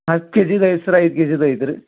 ಹತ್ತು ಕೆ ಜಿದು ಐತೆ ಸರ ಐದು ಕೆ ಜಿದು ಐತೆ ರೀ